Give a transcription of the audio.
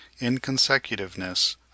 inconsecutiveness